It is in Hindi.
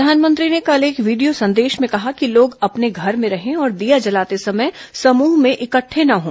प्रधानमंत्री ने कल एक वीडियो संदेश में कहा कि लोग अपने घर में रहें और दिया जलाते समय समूह में इकट्ठे न हों